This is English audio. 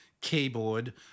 keyboard